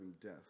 death